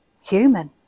human